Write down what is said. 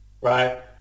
right